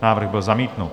Návrh byl zamítnut.